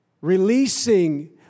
Releasing